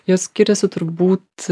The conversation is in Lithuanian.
jos skiriasi turbūt